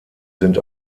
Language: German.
sind